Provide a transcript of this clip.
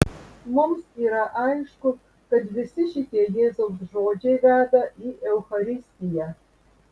mums yra aišku kad visi šitie jėzaus žodžiai veda į eucharistiją